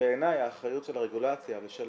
שבעיניי האחריות של הרגולציה ושל